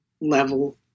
level